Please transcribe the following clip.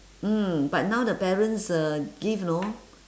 mm but now the parents uh give you know